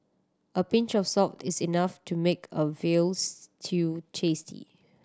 a pinch of salt is enough to make a veal stew tasty